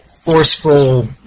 forceful